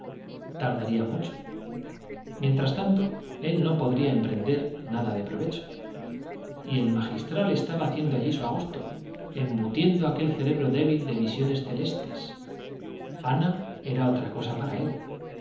tardaría mucho mientras tanto él no podría emprender nada de provecho y el magistral estaba haciendo allí su agosto embutiendo aquel cerebro débil de visiones celestes ana era otra para él